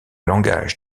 langage